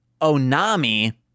Onami